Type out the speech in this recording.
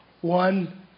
One